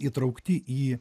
įtraukti į